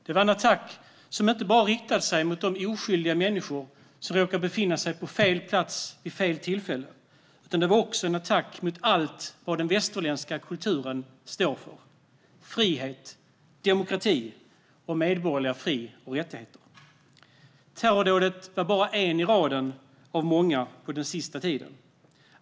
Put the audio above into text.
Det var en attack som inte bara riktade sig mot de oskyldiga människor som råkade befinna sig på fel plats vid fel tillfälle, utan det var också en attack mot allt vad den västerländska kulturen står för: frihet, demokrati och medborgerliga fri och rättigheter. Terrordådet var bara en i raden av många liknande händelser under den senaste tiden.